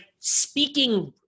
speaking